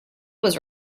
was